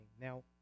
Now